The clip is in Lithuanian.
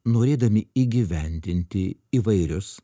norėdami įgyvendinti įvairius